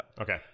Okay